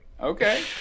okay